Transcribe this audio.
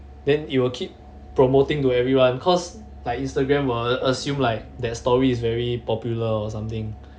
then you will keep promoting to everyone cause like instagram or assume like that story is very popular or something